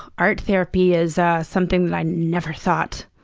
art therapy is something that i never thought.